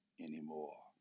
anymore